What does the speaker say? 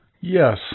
Yes